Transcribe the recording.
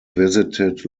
visited